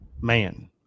Man